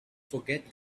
forget